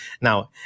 Now